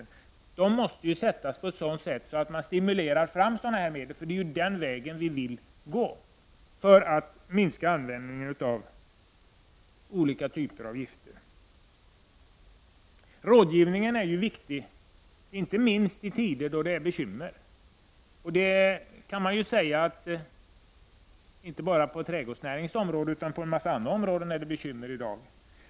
Den avgiften måste ju sättas på sådant sätt att man stimulerar framställningen av sådana medel, för det är ju den vägen vi vill gå för att minska användningen av olika typer av gifter. Rådgivningen är ju viktig, inte minst i tider då det finns bekymmer. Inte bara på trädgårdsnäringens område utan på en mängd andra områden finns det bekymmer i dag.